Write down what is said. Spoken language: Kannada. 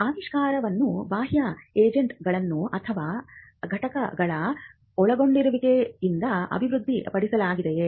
ಆವಿಷ್ಕಾರವನ್ನು ಬಾಹ್ಯ ಏಜೆನ್ಸಿಗಳು ಅಥವಾ ಘಟಕಗಳ ಒಳಗೊಳ್ಳುವಿಕೆಯಿಂದ ಅಭಿವೃದ್ಧಿಪಡಿಸಲಾಗಿದೆಯೇ